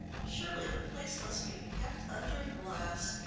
surely the place must be kept under glass.